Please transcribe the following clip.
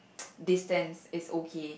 distance is okay